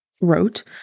wrote